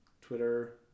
Twitter